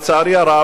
עד היום הזה,